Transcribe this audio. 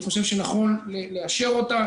אני חושב שנכון לאשר אותה,